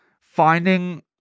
finding